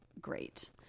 great